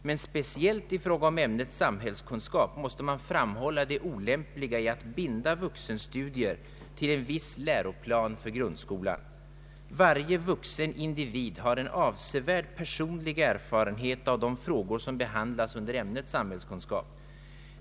Men speciellt i fråga om ämnet samhällskunskap måste man framhålla det olämpliga i att binda vuxenstudier till en viss läroplan för ungdomsskolan. Varrje vuxen individ har en avsevärd personlig erfarenhet av de frågor som behandlas under ämnet samhällskunskap.